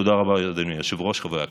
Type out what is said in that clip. תודה רבה, אדוני היושב-ראש, חברי הכנסת.